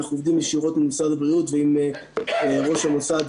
אנחנו עובדים ישירות עם משרד הבריאות ועם ראש המוסד,